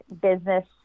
business